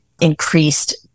increased